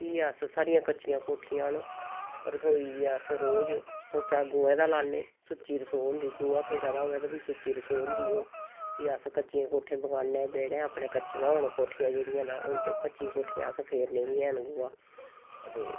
फ्ही अस स्हाड़ियां कच्चियां कोठियां न रसोई अस रोज पोचा गोहे दा लान्ने सुच्ची रसोऽ होंदी गोहा फेरा दा होवे ते फ्ही सुच्ची रसोऽ होंदी ओह् फ्ही अस कच्चियां कोठे बगाने बेड़े अपने कच्चियां होन कोठियां जेह्ड़ियां ता उं'दे कच्ची कोठियां अस फेरने बी हैन गोहा ते